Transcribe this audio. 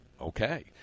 Okay